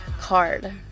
card